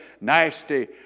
nasty